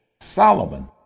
Solomon